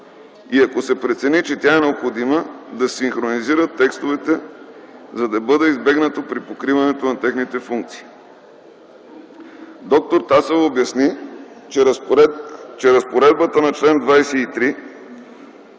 и ако се прецени, че тя е необходима да се синхронизират текстовете, за да бъде избегнато припокриване на техните функции. Доктор Тасева обясни, че разпоредбата на чл. 23а